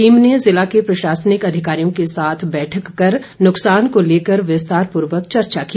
team ने जिला के प्रशासनिक अधिकारियों के साथ बैठक कर नुकसान को लेकर विस्तारपूर्वक चर्चा की